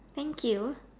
thank you